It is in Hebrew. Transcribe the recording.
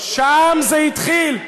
שם זה התחיל,